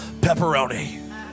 pepperoni